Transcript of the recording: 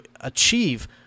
achieve